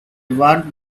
want